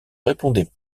répondait